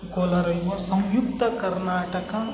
ಕೋಲಾರ ಯುವ ಸಂಯುಕ್ತ ಕರ್ನಾಟಕ